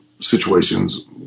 Situations